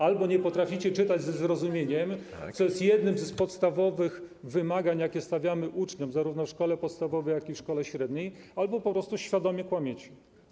Albo nie potraficie czytać ze zrozumieniem, co jest jednym z podstawowych wymagań, jakie stawiamy uczniom zarówno w szkole podstawowej, jak i w szkole średniej, albo po prostu świadomie kłamiecie.